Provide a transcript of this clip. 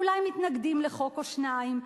אולי מתנגדים לחוק או שניים,